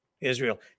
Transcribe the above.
Israel